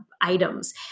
items